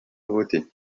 votée